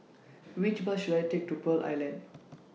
Which Bus should I Take to Pearl Island